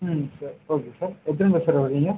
ம் sir okay sir எத்தனை பேர் சார் வரீங்க